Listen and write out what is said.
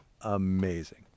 amazing